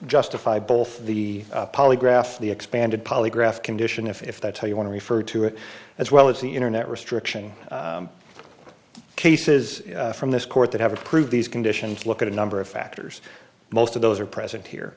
justify both the polygraph the expanded polygraph condition if that's how you want to refer to it as well as the internet restriction cases from this court that have approved these conditions look at a number of factors most of those are present here